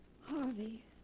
Harvey